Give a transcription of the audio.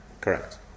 Correct